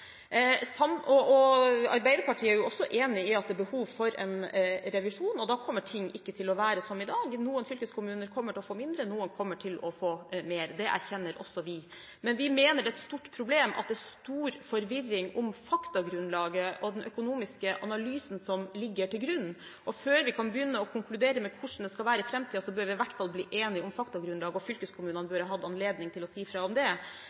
Arbeiderpartiet er også enig i at det er behov for en revisjon, og da kommer ting ikke til å være som i dag. Noen fylkeskommuner kommer til å få mindre, noen kommer til å få mer. Det erkjenner også vi. Men vi mener det er et stort problem at det er stor forvirring om faktagrunnlaget og den økonomiske analysen som ligger til grunn. Før vi kan begynne å konkludere med hvordan det skal være i framtiden, bør vi i hvert fall bli enige om faktagrunnlaget, og fylkeskommunene bør ha hatt anledning til å si fra om det.